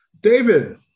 David